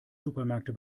supermärkte